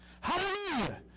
Hallelujah